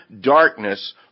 darkness